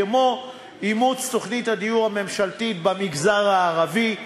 כמו אימוץ תוכנית הדיור הממשלתית במגזר הערבי,